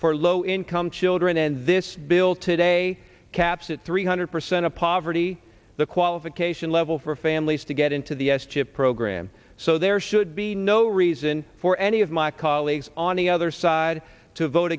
for low income children and this bill today caps it three hundred percent of poverty the qualification level for families to get into the s chip program so there should be no reason for any of my colleagues on the other side to vote